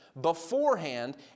beforehand